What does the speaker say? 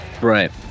right